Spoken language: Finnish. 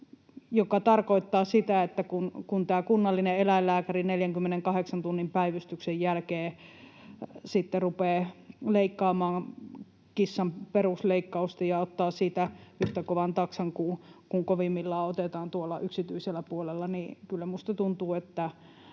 Se tarkoittaa sitä, että kun tämä kunnallinen eläinlääkäri 48 tunnin päivystyksen jälkeen rupeaa leikkaamaan kissan perusleikkausta ja ottaa siitä yhtä kovan taksan kuin kovimmillaan otetaan tuolla yksityisellä puolella, niin kyllä minusta tuntuu, että